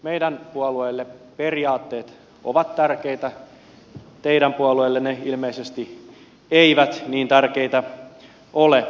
meidän puolueelle periaatteet ovat tärkeitä teidän puolueelle ne ilmeisesti eivät niin tärkeitä ole